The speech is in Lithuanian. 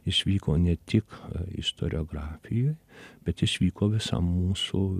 jis vyko ne tik istoriografijoj bet jis vyko visam mūsų